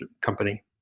company